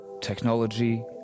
technology